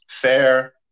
fair